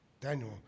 Daniel